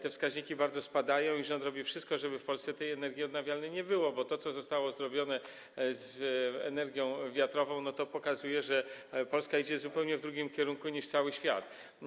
Te wskaźniki bardzo spadają i rząd robi wszystko, żeby w Polsce tej energii odnawialnej nie było, bo to, co zostało zrobione z energią wiatrową, pokazuje, że Polska idzie w zupełnie innym kierunku niż cały świat.